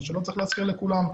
או שלא צריך להזכיר לכולם,